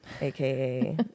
aka